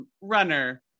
runner